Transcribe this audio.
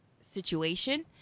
situation